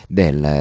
del